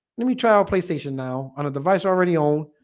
let me try out playstation now on a device already owned.